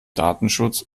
datenschutz